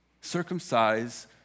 circumcise